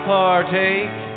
partake